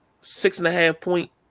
six-and-a-half-point